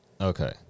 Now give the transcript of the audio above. Okay